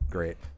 Great